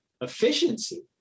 efficiency